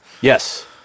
Yes